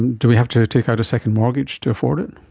do we have to to take out a second mortgage to afford it?